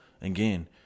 again